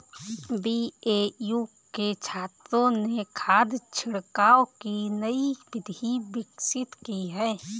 BAU के छात्रों ने खाद छिड़काव की नई विधि विकसित की है